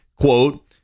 quote